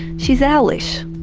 she's owlish,